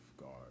guard